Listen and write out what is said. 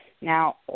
now